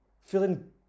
Feeling